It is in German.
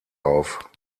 auf